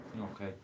Okay